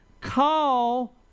call